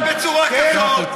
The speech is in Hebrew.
צא החוצה.